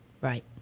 right